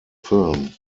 film